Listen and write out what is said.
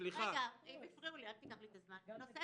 --- נושא